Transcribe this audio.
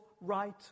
right